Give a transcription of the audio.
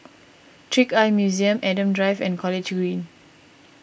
Trick Eye Museum Adam Drive and College Green